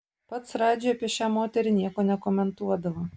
pats radži apie šią moterį nieko nekomentuodavo